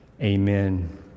amen